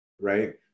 right